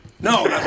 No